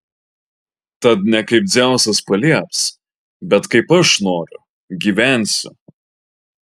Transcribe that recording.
tad ne kaip dzeusas palieps bet kaip aš noriu gyvensiu